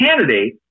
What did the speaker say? candidate